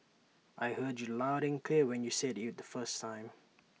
I heard you loud and clear when you said IT the first time